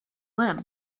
limb